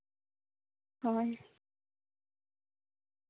ᱦᱳᱭ